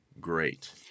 great